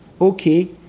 okay